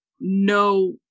no